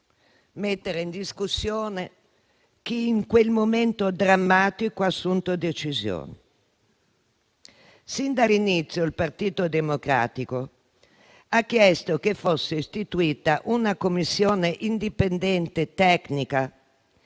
mettere in discussione chi in quel momento drammatico ha assunto decisioni. Sin dall'inizio il Partito Democratico ha chiesto che fosse istituita una Commissione indipendente tecnica